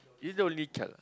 is the only child